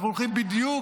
אנחנו הולכים בדיוק